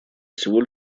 всего